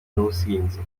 n’ubusinzi